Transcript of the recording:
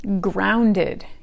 grounded